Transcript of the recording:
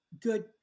good